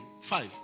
Five